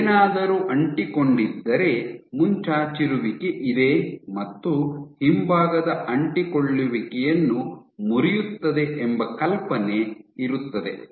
ಏನಾದರೂ ಅಂಟಿಕೊಂಡಿದ್ದರೆ ಮುಂಚಾಚಿರುವಿಕೆ ಇದೆ ಮತ್ತು ಹಿಂಭಾಗದ ಅಂಟಿಕೊಳ್ಳುವಿಕೆಯನ್ನು ಮುರಿಯುತ್ತದೆ ಎಂಬ ಕಲ್ಪನೆ ಇರುತ್ತದೆ